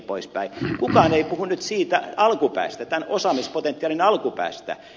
kukaan ei puhu nyt siitä alkupäästä tämän osaamispotentiaalin alkupäästä